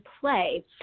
play